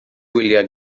wylio